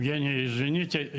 טוב בוא נשמע את